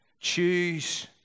Choose